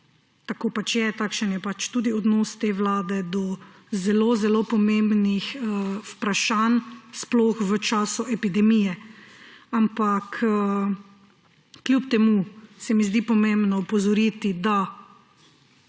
tako pač je, takšen je pač tudi odnos te vlade do zelo zelo pomembnih vprašanj sploh v času epidemije. Ampak kljub temu se mi zdi pomembno opozoriti, da